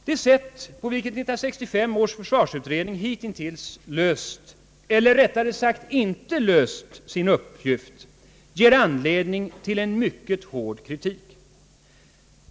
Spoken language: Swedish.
Det sätt på vilket 1965 års försvarsutredning hittills löst — eller rättare sagt inte löst — sina uppgifter ger anledning till mycket hård kritik.